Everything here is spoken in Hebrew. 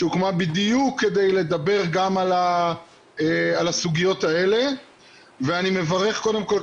שהוקמה בדיוק כדי לדבר גם על הסוגיות האלה ואני מברך קודם כל,